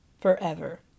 forever